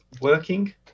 working